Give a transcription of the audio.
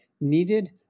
needed